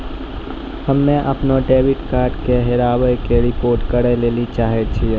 हम्मे अपनो डेबिट कार्डो के हेराबै के रिपोर्ट करै लेली चाहै छियै